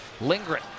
Lingren